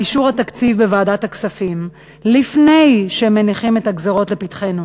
אישור התקציב בוועדת הכספים לפני שהם מניחים את הגזירות לפתחנו.